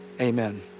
amen